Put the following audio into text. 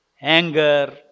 anger